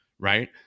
Right